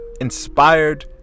inspired